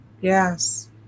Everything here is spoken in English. Yes